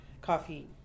coffee